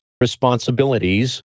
responsibilities